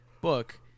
book